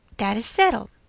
that is settled,